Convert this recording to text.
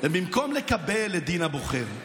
ובמקום לקבל את דין הבוחר,